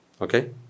okay